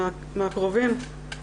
מהקרובים.